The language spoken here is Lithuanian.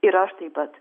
ir aš taip pat